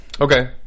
Okay